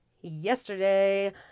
yesterday